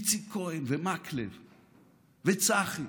איציק כהן ומקלב וצחי,